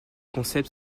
concept